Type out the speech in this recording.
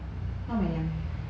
not very young